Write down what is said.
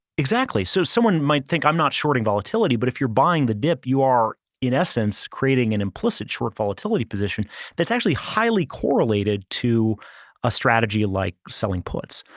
exactly. so someone might think, i'm not shorting volatility, but if you're buying the dip, you are in essence creating an implicit short volatility position that's actually highly correlated to a strategy like selling pullets.